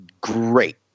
great